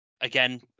Again